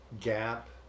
gap